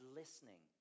listening